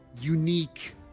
unique